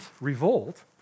revolt